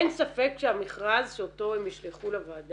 אין ספק שהמכרז שאותו הם ישלחו לוועדה